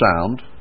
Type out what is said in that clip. sound